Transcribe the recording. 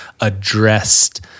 addressed